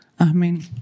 Amen